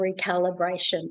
recalibration